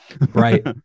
Right